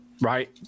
right